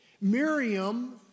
Miriam